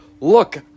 look